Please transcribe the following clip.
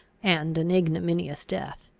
and an ignominious death.